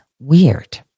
weird